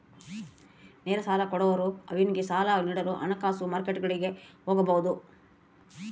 ನೇರ ಸಾಲ ಕೊಡೋರು ಅವ್ನಿಗೆ ಸಾಲ ನೀಡಲು ಹಣಕಾಸು ಮಾರ್ಕೆಟ್ಗುಳಿಗೆ ಹೋಗಬೊದು